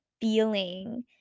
feeling